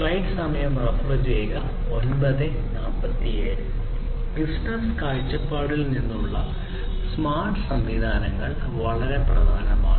business കാഴ്ചപ്പാടിൽ നിന്നുള്ള smart സംവിധാനങ്ങൾ വളരെ പ്രധാനമാണ്